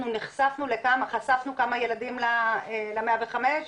אנחנו נחשפנו, חשפנו כמה ילדים ל-105,